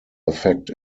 affect